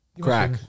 Crack